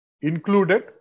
included